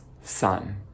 son